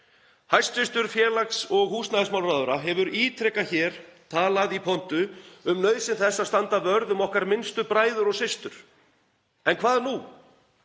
Hæstv. félags- og húsnæðismálaráðherra hefur ítrekað talað í pontu um nauðsyn þess að standa vörð um okkar minnstu bræður og systur. En hvað nú?